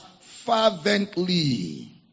fervently